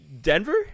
Denver